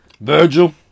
Virgil